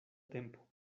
tempo